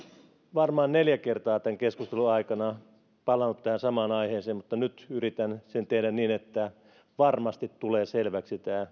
varmaan neljä kertaa tämän keskustelun aikana palannut tähän samaan aiheeseen mutta nyt yritän sen tehdä niin että varmasti tulee selväksi tämä